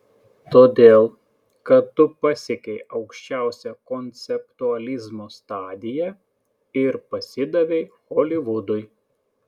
todėl kad tu pasiekei aukščiausią konceptualizmo stadiją ir parsidavei holivudui